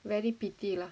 very pity lah